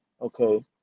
okay